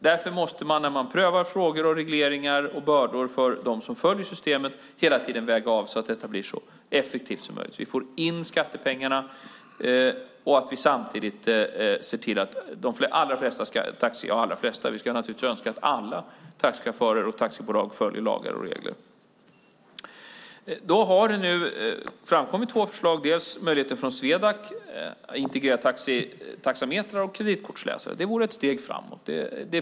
Därför måste vi, när vi prövar frågor om regleringar och bördor för dem som följer systemet, hela tiden göra avvägningar så att det blir så effektivt som möjligt, att vi får in skattepengarna och samtidigt kan se till att taxichaufförer och taxibolag följer lagar och regler. Nu har det framkommit två förslag. Det ena förslaget kommer från Swedac och handlar om att integrera taxametrar och kreditkortsläsare. Det vore ett steg framåt.